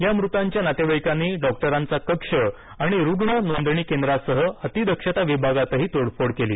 या मृतांच्या नातेवाईकांनी डॉक्टरांचा कक्ष आणि रुग्ण नोंदणी केंद्रासह अतिदक्षता विभागातही तोडफोड केली